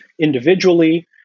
individually